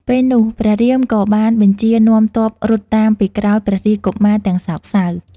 ពេលនោះ ព្រះរាមក៏បានបញ្ជានាំទ័ពរត់តាមពីក្រោយព្រះរាជកុមារទាំងសោកសៅ។